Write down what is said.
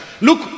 Look